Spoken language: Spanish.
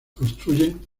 construyen